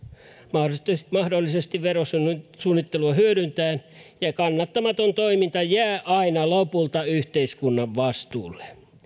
mahdollisesti mahdollisesti verosuunnittelua hyödyntäen ja kannattamaton toiminta jää aina lopulta yhteiskunnan vastuulle